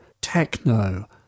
techno